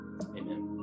Amen